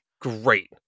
great